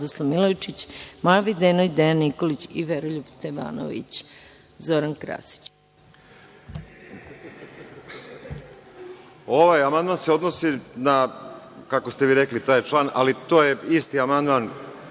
Ovaj amandman se odnosi na, kako ste vi rekli, taj član, ali to je isti amandman